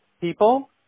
people